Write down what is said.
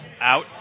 out